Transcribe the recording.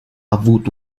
avuto